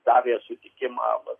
davė sutikimą vat